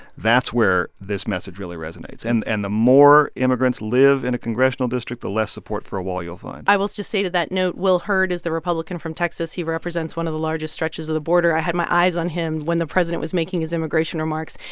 that's where this message really resonates. and and the more immigrants live in a congressional district, the less support for a wall you'll find i will just say to that note, will hurd is the republican from texas. he represents one of the largest stretches of the border. i had my eyes on him when the president was making his immigration remarks.